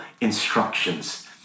instructions